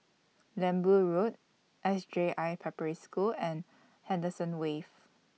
Lembu Road S J I Preparatory School and Henderson Wave